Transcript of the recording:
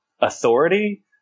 authority